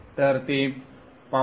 तर ते पाहू